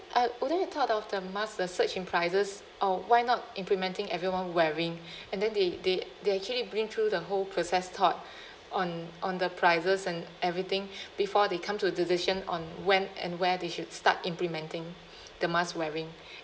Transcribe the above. I wouldn't have thought of the mask the surge in prices or why not implementing everyone wearing and then they they they actually bring through the whole process thought on on the prices and everything before they come to decision on when and where they should start implementing the mask wearing